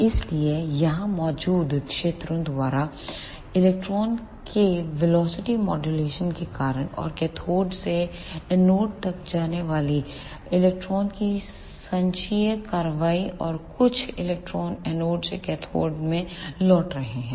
इसलिए यहां मौजूद क्षेत्रों द्वारा इलेक्ट्रॉन के वेलोसिटी मॉड्यूलेशन के कारण और कैथोड से एनोड तक जाने वाले इलेक्ट्रॉनों की संचयी कार्रवाई और कुछ इलेक्ट्रॉनों एनोड से कैथोड में लौट रहे हैं